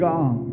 God